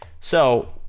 so,